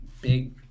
big